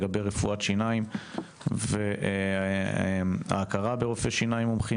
לגבי רפואת שיניים והכרה של רופאי שיניים מומחים